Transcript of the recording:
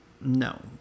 No